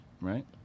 right